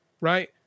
right